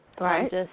Right